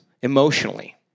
emotionally